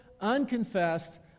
Unconfessed